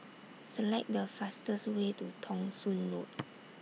Select The fastest Way to Thong Soon Road